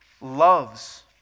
loves